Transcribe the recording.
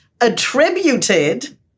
attributed